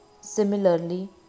Similarly